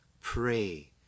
Pray